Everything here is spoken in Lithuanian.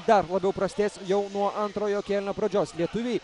dar labiau prasidės jau nuo antrojo kėlinio pradžios lietuviai